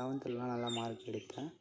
லவன்த்லெலாம் நல்ல மார்க் எடுத்தேன்